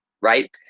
right